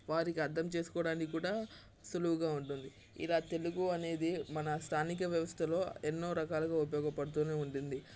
వారికి అర్థం చేసుకోవడానికి కూడా సులువుగా ఉంటుంది ఇలా తెలుగు అనేది మన స్థానిక వ్యవస్థలో ఎన్నో రకాలుగా ఉపయోగపడుతు ఉంటుంది